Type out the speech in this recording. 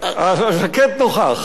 הז'קט של השרים נוכח.